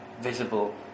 Visible